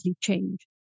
change